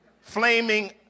Flaming